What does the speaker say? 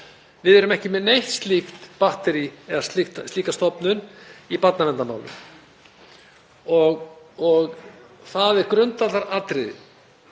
Við erum ekki með neitt slíkt batterí eða slíka stofnun í barnaverndarmálum. Það er grundvallaratriði